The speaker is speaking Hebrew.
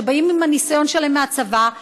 שבאים עם הניסיון שלהם מהצבא,